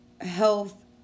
health